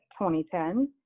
2010